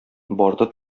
барды